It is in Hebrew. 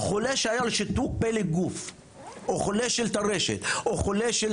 חולה שהיה לו שיתוק פלג גוף או חולה של טרשת או חולה של